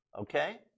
okay